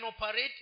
operate